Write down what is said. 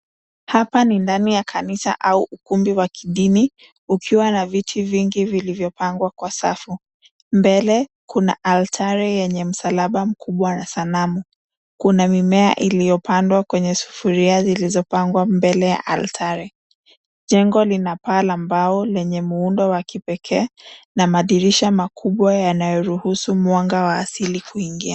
Hapa ni ndani ya kanisa au ukumbi wa kidini ukiwa na viti vilizopangwa kwa safu. Mbele, kuna altari yenye msalaba mkubwa na sanamu. Kuna mimea iliopandwa kwenye sufuria zilizopangwa mbele ya altari. Jengo lina paa la mbao lenye muundo wa kipekee na madirisha makubwa yanayoruhusu mwanga wa asili kuingia.